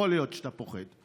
יכול להיות שאתה פוחד.